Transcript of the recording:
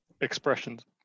expressions